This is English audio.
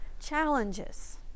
Challenges